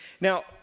Now